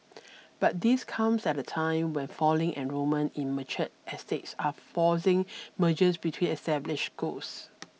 but this comes at a time when falling enrolment in matured estates are forcing mergers between established schools